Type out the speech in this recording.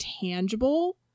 tangible